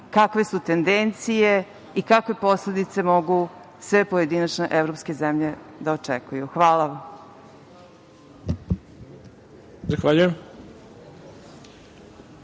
kakve su tendencije i kakve posledice mogu sve pojedinačne evropske zemlje da očekuju? Hvala.